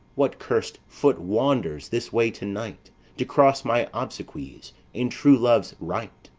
what cursed foot wanders this way to-night to cross my obsequies and true love's rite?